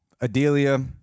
Adelia